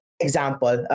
example